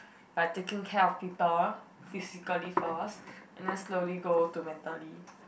by taking care of people physically first and then slowly go to mentally